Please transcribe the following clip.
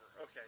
Okay